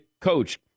coach